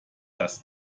dass